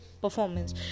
performance